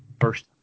first